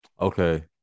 Okay